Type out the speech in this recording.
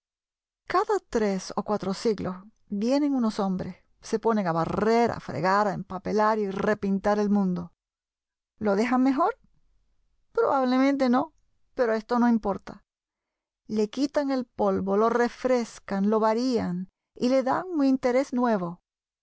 cada tres o cuatro siglos vienen unos hombres se ponen a barrer a fregar a empapelar y a repintar el mundo lo dejan mejor probablemente no pero esto no importa le quitan el polvo lo refrescan lo varían y le dan un interés nuevo